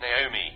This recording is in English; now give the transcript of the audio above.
Naomi